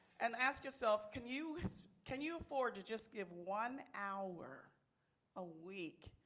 and ask yourself can you can you afford to just give one hour a week?